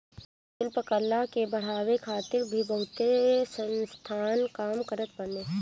शिल्प कला के बढ़ावे खातिर भी बहुते संस्थान काम करत बाने